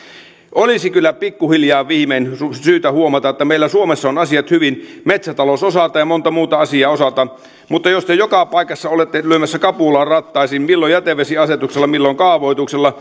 olisi kyllä pikkuhiljaa viimein syytä huomata että meillä suomessa on asiat hyvin metsätalous osaltaan ja monta muuta asiaa osaltaan mutta te joka paikassa olette lyömässä kapulaa rattaisiin milloin jätevesiasetuksella milloin kaavoituksella